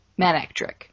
Manectric